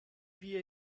wir